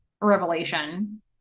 revelation